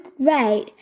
great